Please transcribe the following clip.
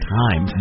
time